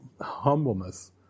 humbleness